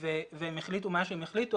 והם יחליטו מה שהם יחליטו.